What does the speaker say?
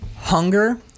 Hunger